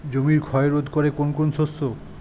জমির ক্ষয় রোধ করে কোন কোন শস্য?